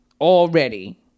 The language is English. already